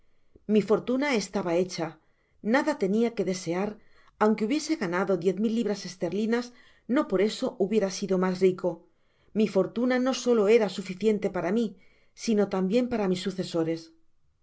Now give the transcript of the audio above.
mi fortuna estaba hecha nada tenia que desear aunque hubiese ganado diez mil libras esterlinas no por eso hubiera sido mas rico mi fortuna no solo era suficiente para mi sino tambien para mis su